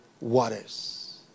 waters